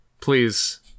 Please